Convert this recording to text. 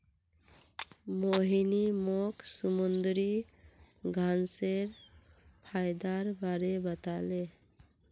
मोहिनी मोक समुंदरी घांसेर फयदार बारे बताले